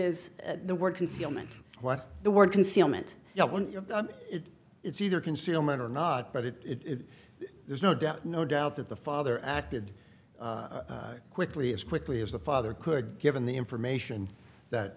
is the word concealment what the word concealment when you have it it's either concealment or not but it it is no doubt no doubt that the father acted quickly as quickly as the father could given the information that